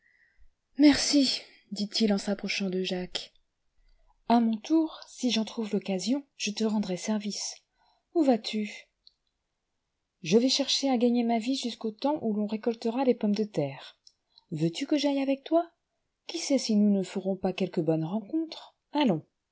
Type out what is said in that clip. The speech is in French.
jacques a mon tour si j'en trouve l'occasion je te rendrai service où vas-tu je vais chercher à gagner ma vie jusqu'au temps où ton récoltera les pommes de terre yeux tu que j'aille avec toi qui sait si nous n ferons pas quelque bonne rencontre allons